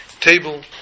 table